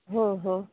ହଁ ହଁ